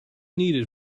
needed